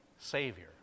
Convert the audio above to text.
Savior